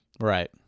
right